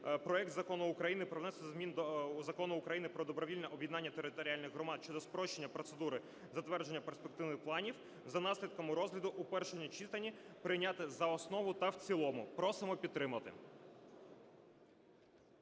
проект Закону України про внесення змін до Закону України "Про добровільне об'єднання територіальних громад" (щодо спрощення процедури затвердження перспективних планів) за наслідками розгляду у першому читанні прийняти за основу та в цілому. Просимо підтримати.